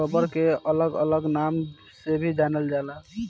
rubber के अलग अलग नाम से भी जानल जाला